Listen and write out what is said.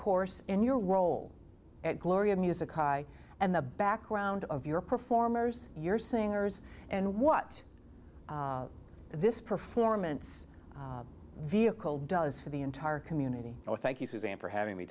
course in your role at glory of music and the background of your performers your singers and what this performance vehicle does for the entire community thank you suzanne for having me